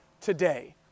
today